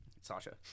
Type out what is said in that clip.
Sasha